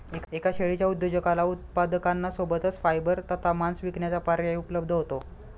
एका शेळीच्या उद्योजकाला उत्पादकांना सोबतच फायबर तथा मांस विकण्याचा पर्याय उपलब्ध होतो